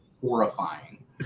Horrifying